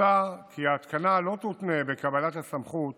מוצע כי ההתקנה לא תותנה בקבלת הסכמת